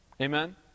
Amen